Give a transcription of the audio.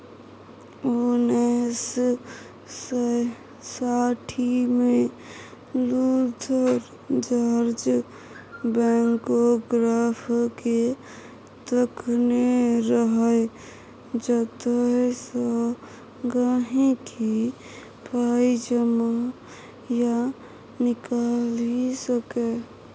उन्नैस सय साठिमे लुथर जार्ज बैंकोग्राफकेँ तकने रहय जतयसँ गांहिकी पाइ जमा या निकालि सकै